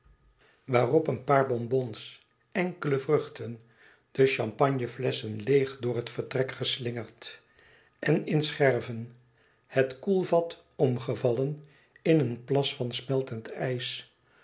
waarop een paar bonbons enkele vruchten de champagneflesschen leêg door het vertrek geslingerd en in scherven het koelvat omgevallen in een plas van smeltend ijs